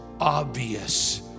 obvious